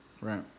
Right